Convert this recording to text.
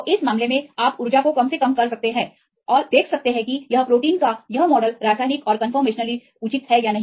तो इस मामले में आप ऊर्जा को कम से कम कर सकते हैं और देख सकते हैं कि यह प्रोटीन या यह मॉडल रासायनिक और कंफर्मेशनली रूप से उचित है या नहीं